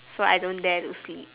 so I don't dare to sleep